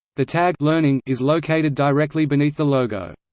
the tag learning is located directly beneath the logo.